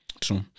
True